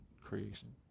creation